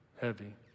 heavy